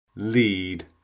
Lead